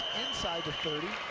inside the thirty.